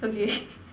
okay